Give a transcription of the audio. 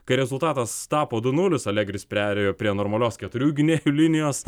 kai rezultatas tapo du nulis alegris perėjo prie normalios keturių gynėjų linijos